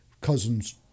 Cousin's